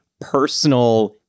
personal